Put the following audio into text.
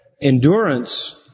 endurance